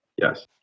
Yes